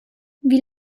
wie